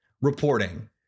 reporting